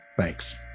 Thanks